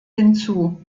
hinzu